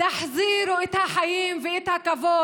ברצוני להשמיע את קולם ולנסות